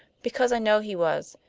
because i know he was.